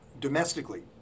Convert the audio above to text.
Domestically